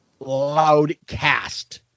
Loudcast